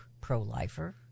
pro-lifer